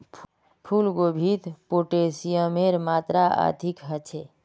फूल गोभीत पोटेशियमेर मात्रा अधिक ह छे